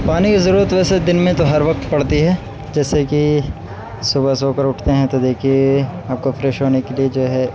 پانی کی ضرورت ویسے دن میں تو ہر وقت پڑتی ہے جیسے کہ صبح سو کر اٹھتے ہیں تو دیکھیے آپ کو فریش ہونے کے لیے جو ہے